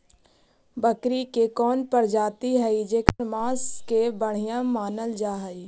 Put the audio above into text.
बकरी के कौन प्रजाति हई जेकर मांस के बढ़िया मानल जा हई?